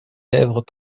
lèvres